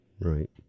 Right